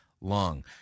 long